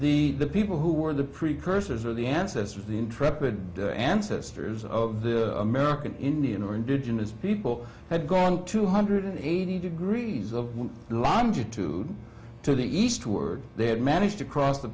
the the people who were the precursors or the ancestors the intrepid ancestors of the american indian or indigenous people had gone two hundred eighty degrees of longitude to the east were they had managed to cross the